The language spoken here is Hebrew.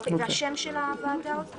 מה השם של הוועדה?